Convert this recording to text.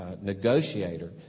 negotiator